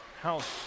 House